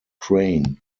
ukraine